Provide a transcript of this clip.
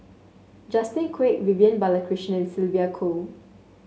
Justin Quek Vivian Balakrishnan and Sylvia Kho